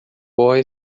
cowboy